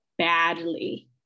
badly